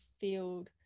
field